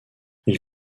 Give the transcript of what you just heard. ils